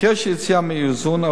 בקשר ליציאה מהאיזון,